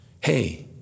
Hey